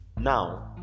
now